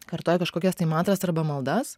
kartoji kažkokias tai mantras arba maldas